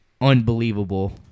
unbelievable